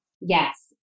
Yes